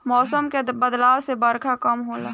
मौसम के बदलाव से बरखा कम होला